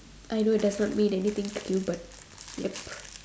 I know it does not mean anything to you but yup